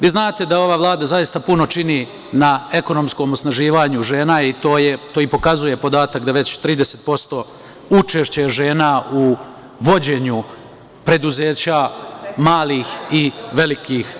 Vi znate da ova Vlada zaista puno čini na ekonomskom osnaživanju žena i to pokazuje podatak da je već 30% učešća žena u vođenju preduzeća malih i velikih.